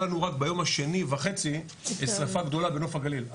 לנו רק ביום השני וחצי שריפה גדולה בנוף הגליל,